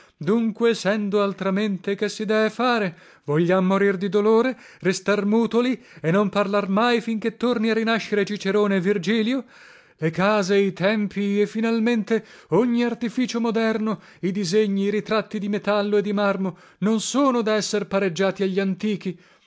sendo altramente che si dee fare vogliam morir di dolore restar mutoli e non parlar mai fin che torni a rinascere cicerone e virgilio le case i tempii e finalmente ogni artificio moderno i disegni i ritratti di metallo e di marmo non sono da esser pareggiati agli antichi